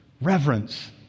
reverence